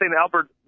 Albert